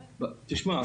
תשמע,